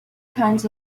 kinds